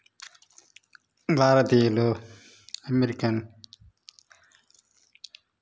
భారతీయులు అమరికన్